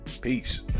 Peace